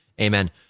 Amen